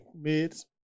mids